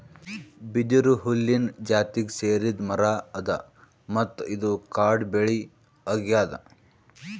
ಬಿದಿರು ಹುಲ್ಲಿನ್ ಜಾತಿಗ್ ಸೇರಿದ್ ಮರಾ ಅದಾ ಮತ್ತ್ ಇದು ಕಾಡ್ ಬೆಳಿ ಅಗ್ಯಾದ್